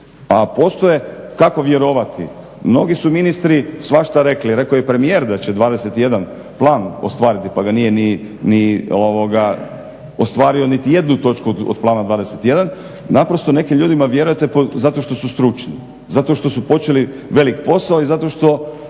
a postoje. Kako vjerovati? Mnogi su ministri svašta rekli. Rekao je i premijer da će 21 plan ostvariti, pa ga nije ni ostvario niti jednu točku od Plana 21. Naprosto nekim ljudima vjerujete zato što su stručni, zato što su počeli velik posao i zato što